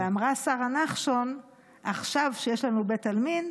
ואמרה שרה נחשון: עכשיו, כשיש לנו בית עלמין,